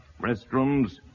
restrooms